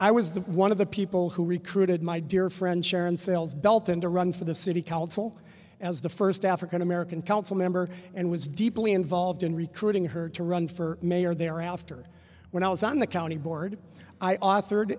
i was the one of the people who recruited my dear friend sharon sales belton to run for the city council as the first african american council member and was deeply involved in recruiting her to run for mayor thereafter when i was on the county board i authored